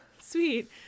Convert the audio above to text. sweet